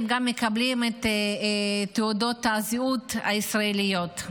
הם גם מקבלים את תעודות הזהות הישראליות.